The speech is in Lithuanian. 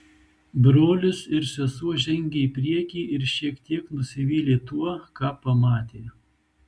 brolis ir sesuo žengė į priekį ir šiek tiek nusivylė tuo ką pamatė